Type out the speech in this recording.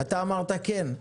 אתה אמרת "כן".